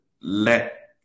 let